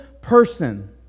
person